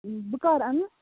بہٕ کَر اَنہٕ